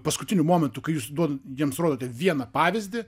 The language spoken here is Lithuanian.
paskutiniu momentu kai jūs duodat jiems rodote vieną pavyzdį